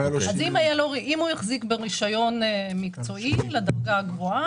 אם הוא החזיק ברישיון מקצועי לדרגה הגבוהה